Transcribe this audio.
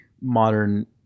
modern